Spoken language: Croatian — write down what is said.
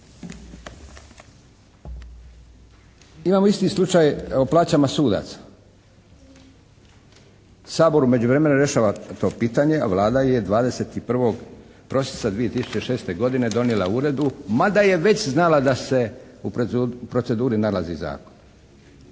Imamo isti slučaj o plaćama sudaca. Sabor u međuvremenu rješava to pitanje, a Vlada je 21. prosinca 2006. godine donijela uredbu mada je već znala da se u proceduri nalazi zakon.